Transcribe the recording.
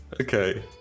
Okay